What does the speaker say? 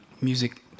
music